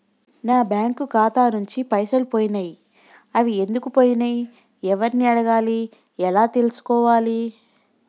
నా బ్యాంకు ఖాతా నుంచి పైసలు పోయినయ్ అవి ఎందుకు పోయినయ్ ఎవరిని అడగాలి ఎలా తెలుసుకోవాలి?